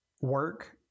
work